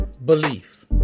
Belief